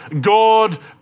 God